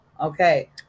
Okay